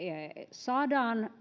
saadaan